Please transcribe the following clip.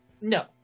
No